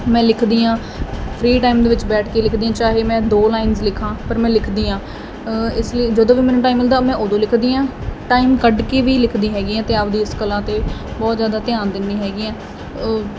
ਮੈਂ ਲਿਖਦੀ ਆਂ ਫਰੀ ਟਾਈਮ ਦੇ ਵਿੱਚ ਬੈਠ ਕੇ ਲਿਖਦੀ ਆ ਚਾਹੇ ਮੈਂ ਦੋ ਲਾਈਨਸ ਲਿਖਾਂ ਪਰ ਮੈਂ ਲਿਖਦੀ ਆਂ ਇਸ ਲਈ ਜਦੋਂ ਵੀ ਮੈਨੂੰ ਟਾਈਮ ਮਿਲਦਾ ਮੈਂ ਉਦੋਂ ਲਿਖਦੀ ਆਂ ਟਾਈਮ ਕੱਢ ਕੇ ਵੀ ਲਿਖਦੀ ਹੈਗੀ ਆ ਤੇ ਆਪਦੀ ਇਸ ਕਲਾ ਤੇ ਬਹੁਤ ਜਿਆਦਾ ਧਿਆਨ ਦਿੰਦੀ ਹੈਗੀ ਆ ਉਹ